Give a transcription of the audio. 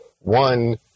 One